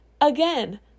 again